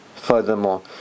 Furthermore